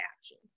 action